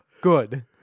good